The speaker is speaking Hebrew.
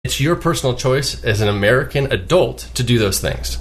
זה החלטה שלך כאמריקאי בוגר לעשות את הדברים האלה.